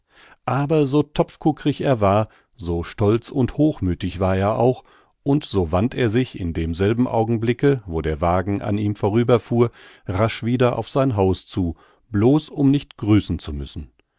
aber so topfkuckrig er war so stolz und hochmüthig war er auch und so wandt er sich in demselben augenblicke wo der wagen an ihm vorüberfuhr rasch wieder auf sein haus zu blos um nicht grüßen zu müssen